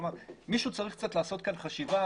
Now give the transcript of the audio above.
כלומר, מישהו צריך לעשות כאן חשיבה.